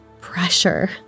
pressure